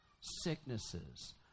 sicknesses